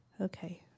Okay